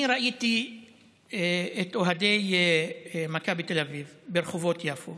אני ראיתי את אוהדי מכבי תל אביב ברחובות יפו